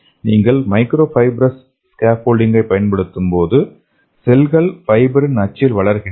நீங்கள் micro fibrous ஸ்கேஃபோல்டிங்களைப் பயன்படுத்தும்போது செல்கள் ஃபைபரின் அச்சில் வளர்கின்றன